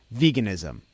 veganism